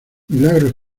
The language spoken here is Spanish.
milagros